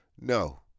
No